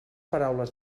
paraules